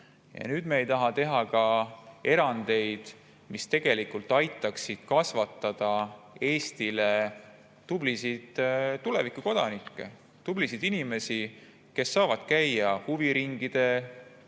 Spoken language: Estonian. Ja nüüd me ei taha teha ka erandeid, mis tegelikult aitaksid kasvatada Eestile tublisid tulevikukodanikke, tublisid inimesi, kes saaksid käia huviringides,